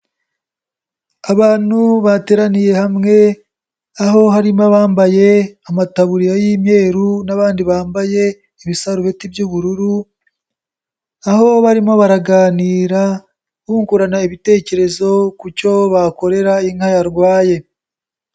Abantu bateraniye hamwe aho harimo abambaye amataburiya y'imyeru n'abandi bambaye ibisarubiti by'ubururu, aho barimo baraganira bungurana ibitekerezo ku cyo bakorera inka yarwaye.